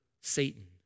Satan